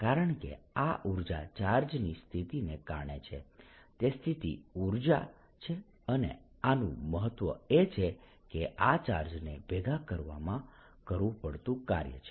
કારણકે આ ઊર્જા ચાર્જની સ્થિતિને કારણે છે તે સ્થિતિ ઉર્જા છે અને આનું મહત્વ એ છે કે આ ચાર્જને ભેગા કરવામાં કરવું પડતું કાર્ય છે